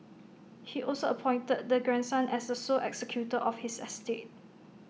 he also appointed the grandson as the sole executor of his estate